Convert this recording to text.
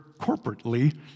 corporately